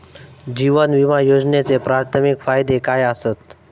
जीवन विमा योजनेचे प्राथमिक फायदे काय आसत?